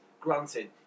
Granted